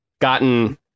gotten